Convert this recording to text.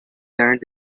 turned